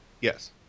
Yes